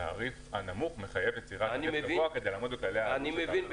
התעריף הנמוך מחייב יצירת תעריף גבוה כדי לעמוד בכללי --- אני מבין,